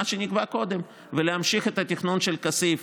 שנקבע קודם ולהמשיך את התכנון של כסיף.